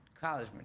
college